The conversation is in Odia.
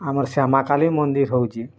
ଆମର୍ ଶ୍ୟାମାକାଳୀ ମନ୍ଦିର୍ ହଉଛି